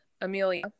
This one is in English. Amelia